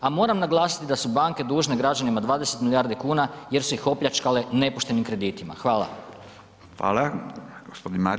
A moram naglasiti da su banke dužne građanima 20 milijardi kuna jer su ih opljačkale nepoštenim kreditima.